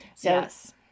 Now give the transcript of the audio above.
Yes